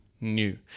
new